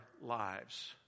lives